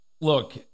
Look